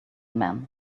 man